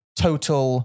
total